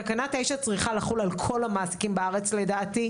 תקנה 9 צריכה לחול על כל המעסיקים בארץ לדעתי.